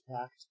packed